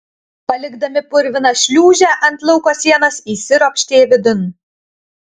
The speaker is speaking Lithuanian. palikdami purviną šliūžę ant lauko sienos įsiropštė vidun